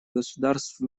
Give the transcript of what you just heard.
государств